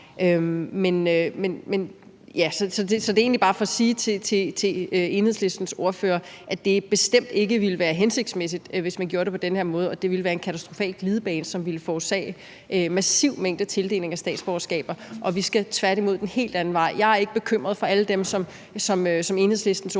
Så det er egentlig bare for at sige til Enhedslistens ordfører, at det bestemt ikke ville være hensigtsmæssigt, hvis man gjorde det på den her måde, og at det ville være en katastrofal glidebane, som ville forårsage en massiv mængde tildelinger af statsborgerskaber, og vi skal tværtimod den helt anden vej. Jeg er ikke bekymret for alle dem, som Enhedslistens ordfører